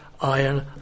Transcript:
Iron